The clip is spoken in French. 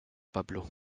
pablo